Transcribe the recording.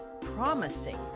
promising